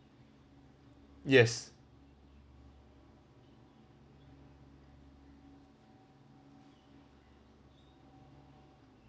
yes